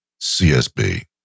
CSB